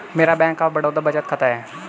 मेरा bank of Baroda में बचत खाता है